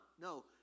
no